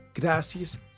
gracias